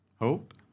Hope